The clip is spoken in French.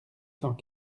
cent